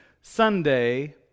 Sunday